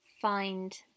find